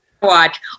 watch